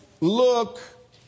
look